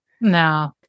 No